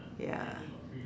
ya